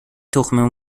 تخم